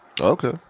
Okay